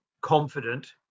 confident